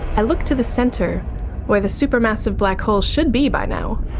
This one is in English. i look to the centre where the supermassive black hole should be by now.